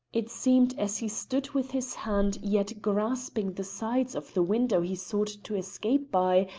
it seemed as he stood with his hands yet grasping the sides of the window he sought to escape by,